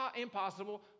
impossible